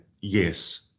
Yes